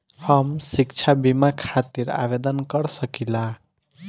हम शिक्षा बीमा खातिर आवेदन कर सकिला?